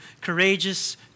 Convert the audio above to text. Courageous